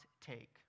take